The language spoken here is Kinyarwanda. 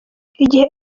igihe